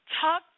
Talk